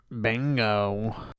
Bingo